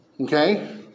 okay